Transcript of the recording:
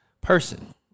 person